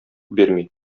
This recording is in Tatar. бирми